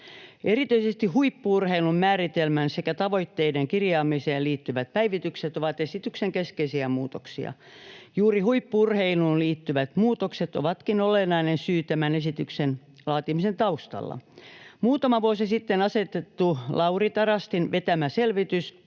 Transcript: Erityisesti huippu-urheilun määritelmän sekä tavoitteiden kirjaamiseen liittyvät päivitykset ovat esityksen keskeisiä muutoksia. Juuri huippu-urheiluun liittyvät muutokset ovatkin olennainen syy tämän esityksen laatimisen taustalla. Muutama vuosi sitten asetettu Lauri Tarastin vetämä selvitys